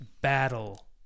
Battle